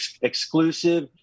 exclusive